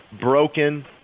broken